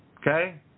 Okay